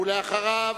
אחריו,